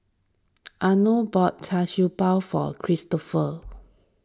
Arno bought Char Siew Bao for Kristoffer